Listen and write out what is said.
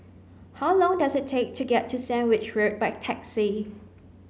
how long does it take to get to Sandwich Road by taxi